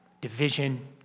division